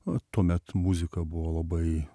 o tuomet muzika buvo labai